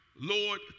Lord